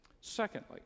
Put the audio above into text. secondly